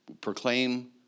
Proclaim